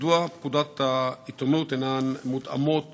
2. מדוע פקודות העיתונות אינן מותאמות